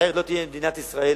אחרת לא תהיה מדינת ישראל,